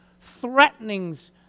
threatenings